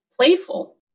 playful